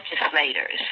legislators